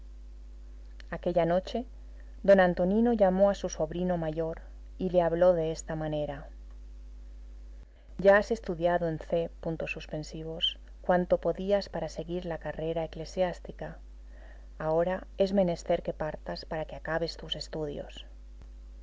aquella noche d antonino llamó a su sobrino mayor y le habló de esta manera ya has estudiado en c cuanto podías para seguir la carrera eclesiástica ahora es menester que partas para que acabes tus estudios